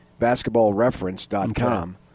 basketballreference.com